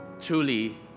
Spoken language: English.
truly